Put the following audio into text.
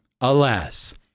Alas